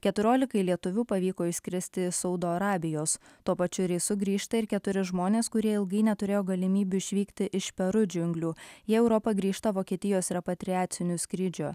keturiolikai lietuvių pavyko išskristi iš saudo arabijos tuo pačiu reisu grįžta ir keturi žmonės kurie ilgai neturėjo galimybių išvykti iš peru džiunglių į europą grįžta vokietijos repatriaciniu skrydžiu